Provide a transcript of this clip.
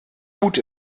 gut